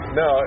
no